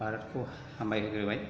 भारतखौहाय हामबाय होग्रोबाय